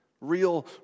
real